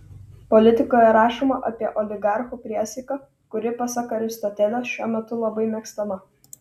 politikoje rašoma apie oligarchų priesaiką kuri pasak aristotelio šiuo metu labai mėgstama